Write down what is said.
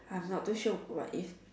I'm not too sure what if